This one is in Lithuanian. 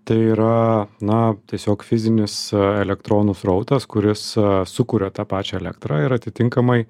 tai yra na tiesiog fizinis elektronų srautas kuris sukuria tą pačią elektrą ir atitinkamai